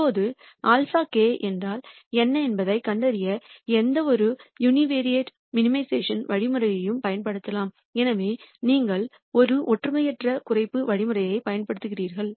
இப்போது αk என்றால் என்ன என்பதைக் கண்டறிய எந்தவொரு யூனிவேரைட் மினிமைஸ்ஷன் வழிமுறையும் பயன்படுத்தப்படலாம்